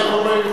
על כל פנים,